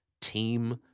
Team